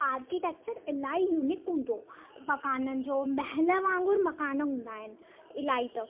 architecture इलाही unique हूंदो मकाननि जो महल वांगुरु मकान हूंदा आहिनि इलाही त